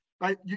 right